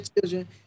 children